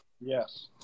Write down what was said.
Yes